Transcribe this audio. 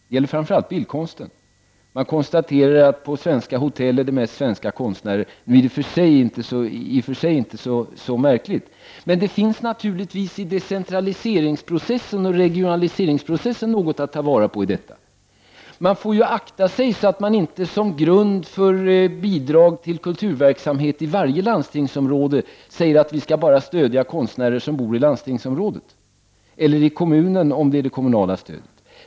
Det gäller fram för allt bildkonsten. Man konstaterar att på svenska hotell är det mest svenska konstnärer. Det är i och för sig inte så märkligt, men det finns naturligtvis i decentraliseringsprocessen och regionaliseringsprocessen något att ta vara på i detta. Det gäller att akta sig så att inte varje landsting föreskriver som grund för bidrag till kulturverksamhet att stöd skall ges bara till konstnärer som bor i landstingsområdet — eller i kommunen om det är kommunala stöd.